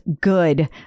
good